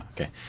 okay